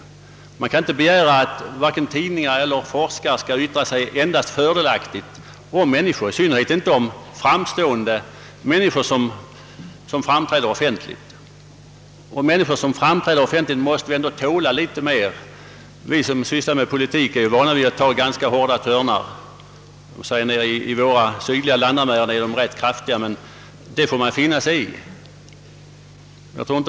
Man kan inte begära att vare sig tidningar eller forskare endast skall uttala sig fördelaktigt om människor, i synnerhet inte om det gäller bemärkta människor som framträder offentligt. De måste väl ändå tåla litet mer än andra. Vi som sysslar med politik är ju vana vid att ta ganska hårda törnar; åtminstone är de ganska hårda i våra sydliga landamären. Sådant får man finna sig i.